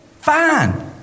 Fine